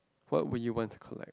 what would you want to collect